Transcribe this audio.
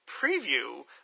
preview